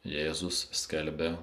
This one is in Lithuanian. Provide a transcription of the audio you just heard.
jėzus skelbia